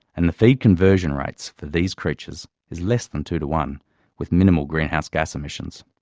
and the feed conversion rates for these creatures is less than two to one with minimal greenhouse gas emissions.